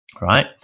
right